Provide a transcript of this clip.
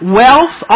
wealth